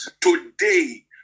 Today